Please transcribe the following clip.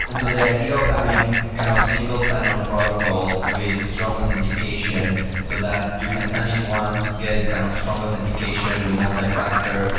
and so the idea of having kind of single sign on protocols with strong authentication so that you can sign in once, get kind of strong authentication with multi-factor,